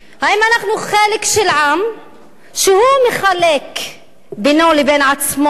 האם אנחנו חלק של עם שהוא מחלק בינו לבין עצמו,